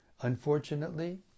Unfortunately